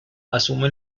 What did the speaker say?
asume